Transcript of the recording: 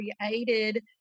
created